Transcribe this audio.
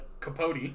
Capote